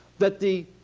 that the